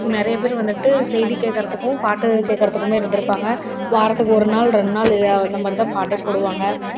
நிறைய பேர் வந்துவிட்டு செய்தி கேட்குறதுக்கும் பாட்டு கேட்குறதுக்குமே இருந்துருப்பாங்க வாரத்துக்கு ஒரு நாள் ரெண்டு நாள் ஏ இந்த மாதிரி தான் பாட்டே போடுவாங்க